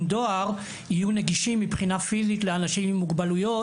דואר יהיו נגישים מבחינה פיזית לאנשים עם מוגבלויות